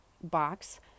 box